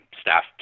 staff